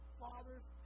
father's